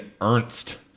Ernst